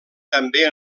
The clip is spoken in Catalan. també